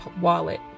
wallet